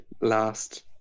last